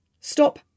stop